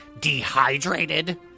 dehydrated